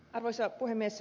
arvoisa puhemies